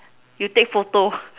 you take photo